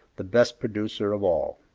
the best producer of all.